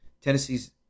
Tennessee's